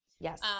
Yes